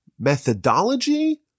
Methodology